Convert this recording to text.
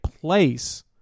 place